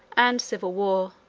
and civil war,